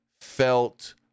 felt